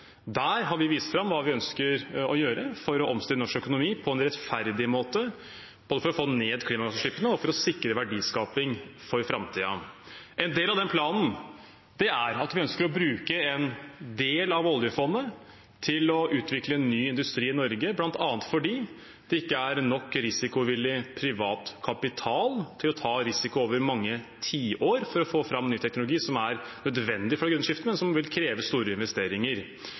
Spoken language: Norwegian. Der har vi vist hva vi ønsker å gjøre for å omstille norsk økonomi på en rettferdig måte, både for å få ned klimagassutslippene og for å sikre verdiskaping for framtiden. En del av den planen er at vi ønsker å bruke en del av oljefondet til å utvikle ny industri i Norge, bl.a. fordi det ikke er nok risikovillig privat kapital til å ta risiko over mange tiår for å få fram ny teknologi som er nødvendig for det grønne skiftet, og som vil kreve store investeringer.